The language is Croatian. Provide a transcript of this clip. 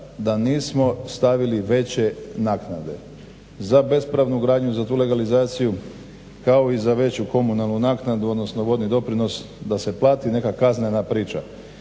da nismo stavili veće naknade za bespravnu gradnju, za tu legalizaciju, kao i za veću komunalnu naknadu odnosno vodni doprinos, da se plati neka kaznena priča.